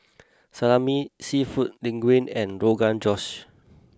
Salami Seafood Linguine and Rogan Josh